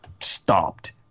stopped